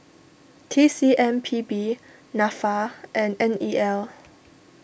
T C M P B Nafa and N E L